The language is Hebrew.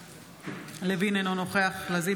אינו נוכח אוהד טל,